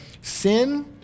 sin